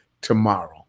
tomorrow